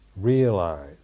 realize